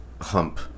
hump